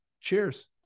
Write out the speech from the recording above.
cheers